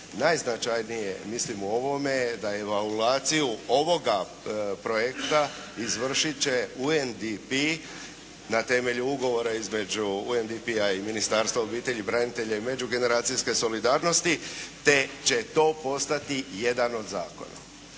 Najznačajnije mislim u ovome je da evaluaciju ovog projekta izvršit će UNDP na temelju ugovora između UNDP-a i Ministarstva obitelji, branitelja i međugeneracijske solidarnosti te će to postati jedan od zakona.